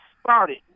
started